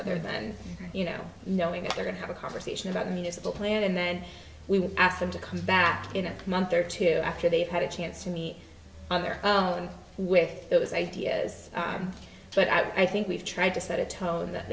other than you know knowing that they're going to have a conversation about municipal plan and then we will ask them to come back in a month or two after they've had a chance to meet other than with those ideas but i think we've tried to set a tone that